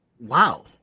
wow